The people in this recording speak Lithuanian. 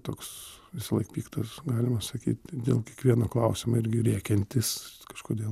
toks visąlaik piktas galima sakyt dėl kiekvieno klausimo irgi rėkiantis kažkodėl